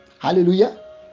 Hallelujah